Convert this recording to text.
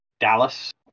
Dallas